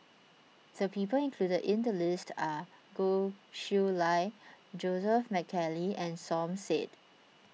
the people included in the list are Goh Chiew Lye Joseph McNally and Som Said